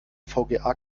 vga